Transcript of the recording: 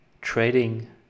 trading